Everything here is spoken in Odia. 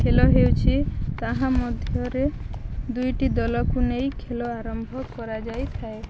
ଖେଳ ହେଉଛି ତାହା ମଧ୍ୟରେ ଦୁଇଟି ଦଳକୁ ନେଇ ଖେଳ ଆରମ୍ଭ କରାଯାଇଥାଏ